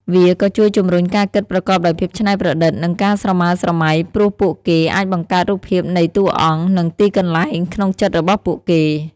វាក៏ជួយជំរុញការគិតប្រកបដោយភាពច្នៃប្រឌិត និងការស្រមើលស្រមៃ ព្រោះពួកគេអាចបង្កើតរូបភាពនៃតួអង្គ និងទីកន្លែងក្នុងចិត្តរបស់ពួកគេ។